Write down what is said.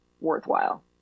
worthwhile